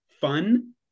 fun